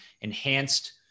enhanced